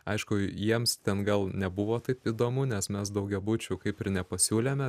aišku jiems ten gal nebuvo taip įdomu nes mes daugiabučių kaip ir nepasiūlėme